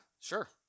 sure